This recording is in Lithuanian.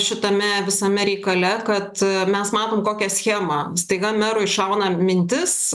šitame visame reikale kad mes matom kokią schemą staiga merui šauna mintis